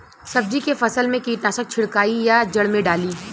सब्जी के फसल मे कीटनाशक छिड़काई या जड़ मे डाली?